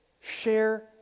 share